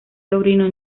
sobrino